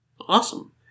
Awesome